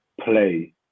Play